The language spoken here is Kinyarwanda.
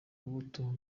urubuto